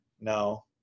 No